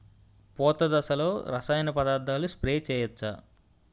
పూత దశలో రసాయన పదార్థాలు స్ప్రే చేయచ్చ?